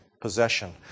possession